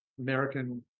American